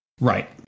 Right